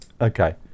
Okay